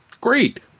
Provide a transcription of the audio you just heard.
Great